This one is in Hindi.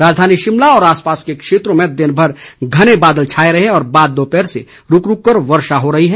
राजधानी शिमला व आसपास के क्षेत्रों में दिन भर घने बादल छाए रहे और बाद दोपहर से रूक रूक कर वर्षा हो रही है